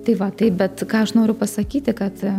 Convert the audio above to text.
tai va taip bet ką aš noriu pasakyti kad